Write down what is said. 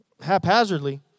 haphazardly